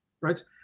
right